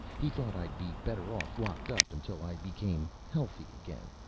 he thought i'd be better off locked up until i became healthy again.